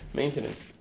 maintenance